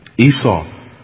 Esau